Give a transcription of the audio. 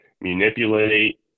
manipulate